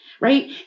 Right